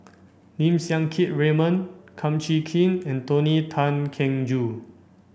Lim Siang Keat Raymond Kum Chee Kin and Tony Tan Keng Joo